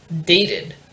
dated